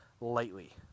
lightly